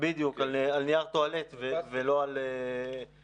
בדיוק נייר טואלט ולא חלב.